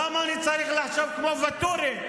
למה אני צריך לחשוב כמו ואטורי?